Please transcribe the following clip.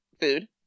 food